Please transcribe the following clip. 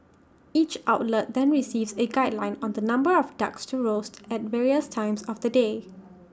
each outlet then receives A guideline on the number of ducks to roast at various times of the day